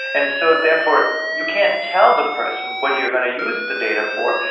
and so therefore you can't tell the person what you are going to use the data for,